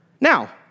Now